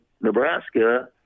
Nebraska